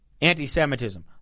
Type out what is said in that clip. Anti-Semitism